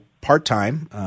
part-time